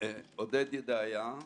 עודד דעיה,